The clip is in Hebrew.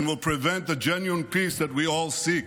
will prevent the genuine peace that we all seek.